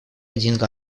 один